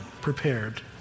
prepared